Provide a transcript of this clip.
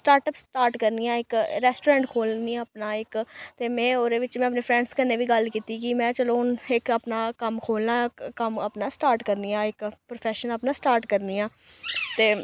start up start करनी आं इक रेस्टोरैंट खोलनी आं अपना इक ते में ओहदे बिच्च में अपने फ्रैंड्स कन्नै बी गल्ल कीती कि में चलो हून इक अपना कम्म खोलना ऐ कम्म अपना स्टार्ट करनी आं इक प्रोफैशन अपना स्टार्ट करनी आं ते